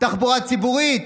תחבורה ציבורית,